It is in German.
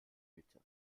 mitte